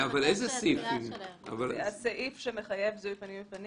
לא יאפשר המפעיל למלווה לבצע כל פעולה מלבד